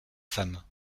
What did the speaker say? femmes